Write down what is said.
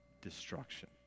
destruction